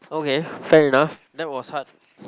okay fair enough that was hard